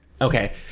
Okay